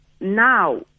now